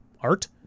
art